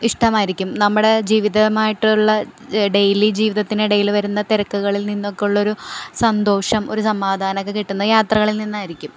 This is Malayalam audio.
നമ്മുടെ ജീവിതമായിട്ടുള്ള ഡെയിലി ജീവിതത്തിന് ഇടയിൽ വരുന്ന തിരക്കുകളിൽ നിന്നൊക്കെ ഉള്ളൊരു സന്തോഷം ഒരു സമാധാനം കിട്ടുന്നത് യാത്രകളിൽ നിന്നായിരിക്കും